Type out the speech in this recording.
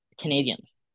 Canadians